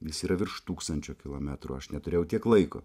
jis yra virš tūkstančio kilometrų aš neturėjau tiek laiko